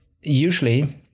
usually